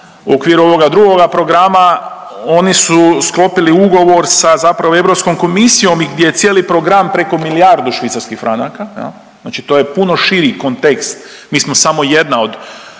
okviru ovoga drugoga programa oni su sklopili ugovor sa Europskom komisijom gdje je cijeli program preko milijardu švicarskih franaka, znači to je puno širi kontekst, mi smo samo jedna od